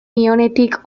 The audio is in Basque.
nionetik